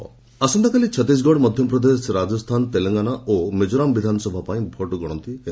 counting ଆସନ୍ତାକାଲି ଛତିଶଗଡ଼ ମଧ୍ୟପ୍ରଦେଶ ରାଜସ୍ଥାନ ତେଲଙ୍ଗାନା ଓ ମିକ୍ଜୋରାମ ବିଧାନସଭା ପାଇଁ ଭୋଟ୍ ଗଣତି ହେବ